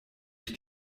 ich